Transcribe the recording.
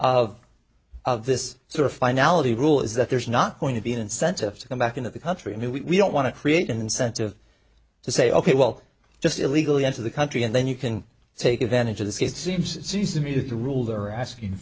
of of this sort of finality rule is that there's not going to be an incentive to come back into the country and we don't want to create an incentive to say ok well just illegally enter the country and then you can take advantage of the state seems it seems to me that the rules are asking